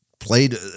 played